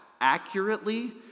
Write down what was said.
accurately